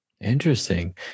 interesting